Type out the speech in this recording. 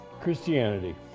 Christianity